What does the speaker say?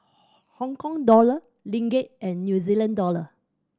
Hong Kong Dollar Ringgit and New Zealand Dollar